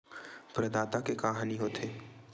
प्रदाता के का हानि हो थे?